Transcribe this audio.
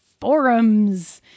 forums